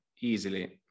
easily